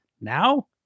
now